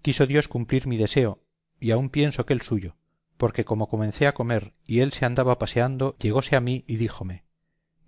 quiso dios cumplir mi deseo y aun pienso que el suyo porque como comencé a comer y él se andaba paseando llegóse a mí y díjome